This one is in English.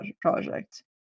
project